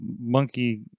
monkey